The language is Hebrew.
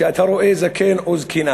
כשאתה רואה זקן או זקנה